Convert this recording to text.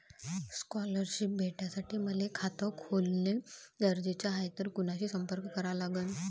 Scholarship भेटासाठी मले खात खोलने गरजेचे हाय तर कुणाशी संपर्क करा लागन?